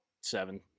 seven